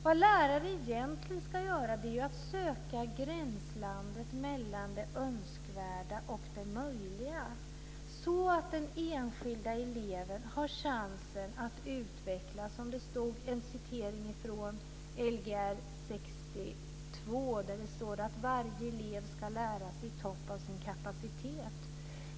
Vad lärare egentligen ska göra är ju att söka gränslandet mellan det önskvärda och det möjliga, så att den enskilda eleven har chansen att utvecklas. I Lgr 62 står det att varje elev ska lära sig på toppen av sin kapacitet.